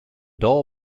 door